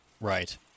Right